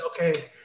Okay